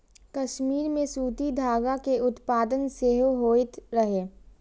कश्मीर मे सूती धागा के उत्पादन सेहो होइत रहै